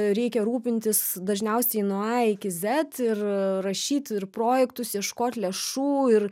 reikia rūpintis dažniausiai nuo a iki zet ir rašyt ir projektus ieškot lėšų ir